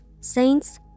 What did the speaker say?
saints